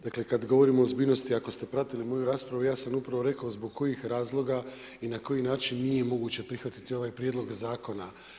Dakle, kada govorimo o ozbiljnosti, ako ste pratili moju raspravu, ja sam upravo rekao zbog kojih razloga i na koji način nije moguće prihvatiti ovaj Prijedlog zakona.